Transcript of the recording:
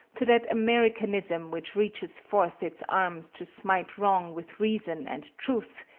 to that americanism which reaches forth its arms to smite wrong with reason and truth,